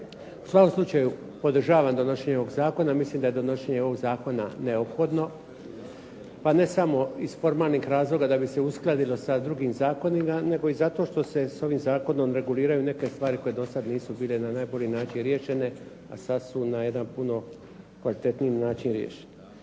U svakom slučaju, podržavam donošenje ovog zakona. Mislim da je donošenje ovog zakona neophodno pa ne samo iz formalnih razloga da bi se uskladilo sa drugim zakonima, nego i zato što se s ovim zakonom reguliraju neke stvari koje do sad nisu bile na najbolji način riješene, a sad su na jedan puno kvalitetniji način riješene.